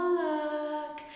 look